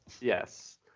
Yes